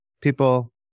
People